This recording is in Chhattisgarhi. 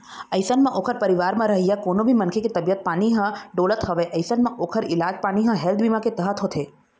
अइसन म ओखर परिवार म रहइया कोनो भी मनखे के तबीयत पानी ह डोलत हवय अइसन म ओखर इलाज पानी ह हेल्थ बीमा के तहत होथे